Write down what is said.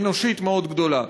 אנושית מאוד גדולה,